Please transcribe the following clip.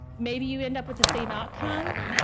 maybe you end up with the same outcome,